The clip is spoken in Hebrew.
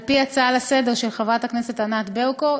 על-פי הצעה לסדר-היום של חברת הכנסת ענת ברקו,